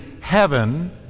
heaven